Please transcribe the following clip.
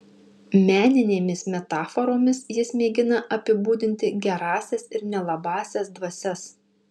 meninėmis metaforomis jis mėgina apibūdinti gerąsias ir nelabąsias dvasias